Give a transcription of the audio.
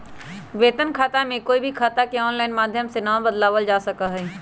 वेतन खाता में कोई भी खाता के आनलाइन माधम से ना बदलावल जा सका हई